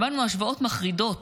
שמענו השוואות מחרידות